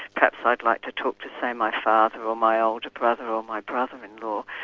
perhaps i'd like to talk to, say, my father, or my older brother or my brother in law.